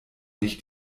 nicht